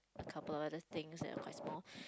a couple of these things and was like small